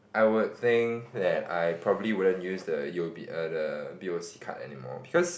I would think that I probably wouldn't use the u_o_b err the b_o_c card anymore because